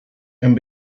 and